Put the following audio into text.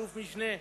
אלוף-משנה,